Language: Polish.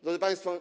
Drodzy Państwo!